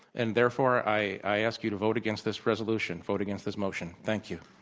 and therefore, i i ask you to vote against this resolution, vote against this motion. thank you.